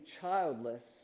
childless